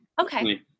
Okay